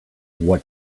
what